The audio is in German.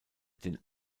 den